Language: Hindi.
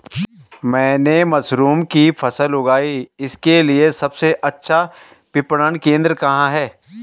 मैंने मशरूम की फसल उगाई इसके लिये सबसे अच्छा विपणन केंद्र कहाँ है?